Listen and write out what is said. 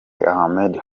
ahmed